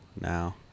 now